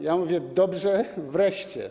Ja mówię: dobrze, wreszcie.